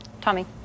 Tommy